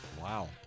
Wow